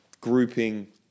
grouping